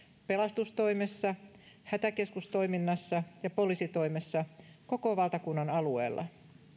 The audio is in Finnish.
pelastustoimessa hätäkeskustoiminnassa ja poliisitoimessa koko valtakunnan alueella